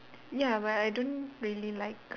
ya but I don't really like